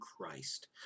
Christ